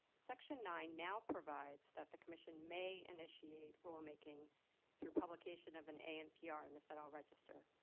section nine now provides that the commission may initiate rule-making through publication of an anpr in the federal register.